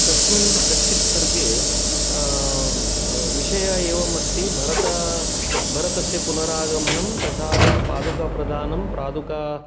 तस्मिन् कच्चित् सर्गे विषयः एवम् अस्ति भरत भरतस्य पुनरागमनं तथा पादुकाप्रदानं पादुका